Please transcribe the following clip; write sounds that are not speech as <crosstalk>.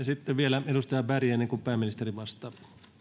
<unintelligible> sitten vielä edustaja berg ennen kuin pääministeri vastaa